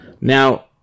Now